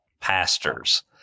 pastors